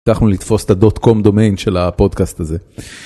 אנחנו נתפוס את הדוט קום דומיין של הפודקאסט הזה.